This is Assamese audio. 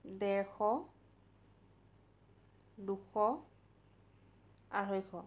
ডেৰশ দুশ আঢ়ৈশ